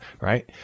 Right